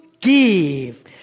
give